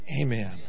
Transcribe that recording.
Amen